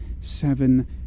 seven